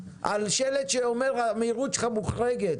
על שלט שאומר שהמהירות מוחרגת,